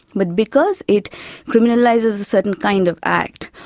but because it criminalises a certain kind of act,